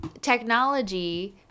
technology